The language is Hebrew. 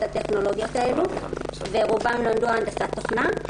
הטכנולוגיות האלו ורובן למדו הנדסת תוכנה.